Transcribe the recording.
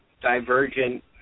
divergent